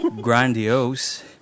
Grandiose